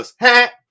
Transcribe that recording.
Ha